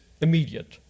immediate